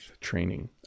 training